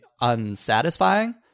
unsatisfying